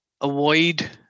avoid